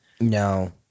No